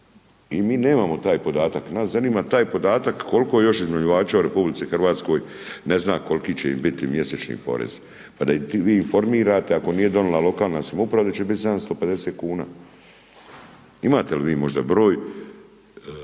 I mi nemamo taj podataka, nas zanima taj podatak koliko još iznajmljivača u RH ne zna koliki će im biti mjesečni porez. Pa da ih vi informirate, ako nije donijela lokalna samouprava da će biti 750 kuna. Imate li vi možda broj